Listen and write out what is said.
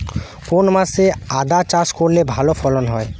কোন মাসে আদা চাষ করলে ভালো ফলন হয়?